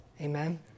Amen